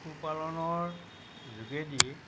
পশুপালনৰ যোগেদি